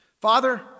Father